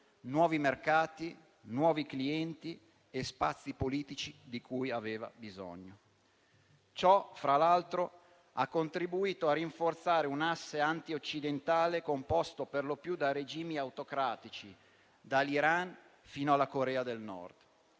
nuovi mercati, nuovi clienti e spazi politici di cui aveva bisogno. Ciò, fra l'altro, ha contribuito a rinforzare un asse anti-occidentale composto per lo più da regimi autocratici, dall'Iran fino alla Corea del Nord.